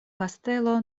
kastelo